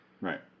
Right